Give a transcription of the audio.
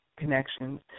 connections